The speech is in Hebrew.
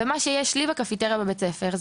אבל מה שיש לי בקפיטריה של בית הספר,